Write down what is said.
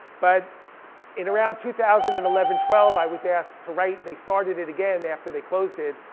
but in around two thousand and eleven twelve, i was asked to write. they started it again after they closed it.